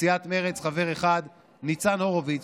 לסיעת מרצ חבר אחד: ניצן הורוביץ,